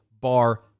bar